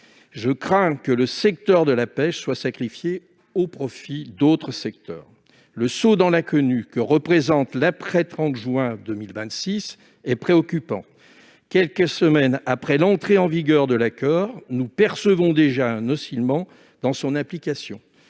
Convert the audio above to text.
je crains que le secteur de la pêche ne soit sacrifié au profit d'autres domaines. Le saut dans l'inconnu que représente l'après-30 juin 2026 est préoccupant. Quelques semaines après l'entrée en vigueur de l'accord, nous percevons déjà une oscillation dans son application.